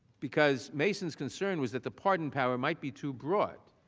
because masons concerns that the pardon power might be too broad.